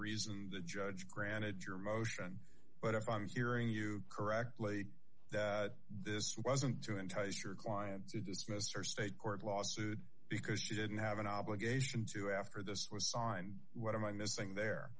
reason the judge granted your motion but i'm hearing you correctly that this wasn't to entice your client to dismiss or state court lawsuit because she didn't have an obligation to after this was signed what am i missing there